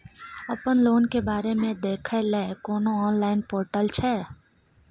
अपन लोन के बारे मे देखै लय कोनो ऑनलाइन र्पोटल छै?